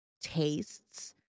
tastes